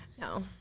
no